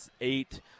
eight